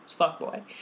fuckboy